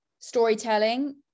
storytelling